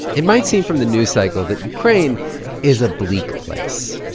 it might seem from the news cycle that ukraine is a bleak place.